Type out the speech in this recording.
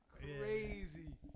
crazy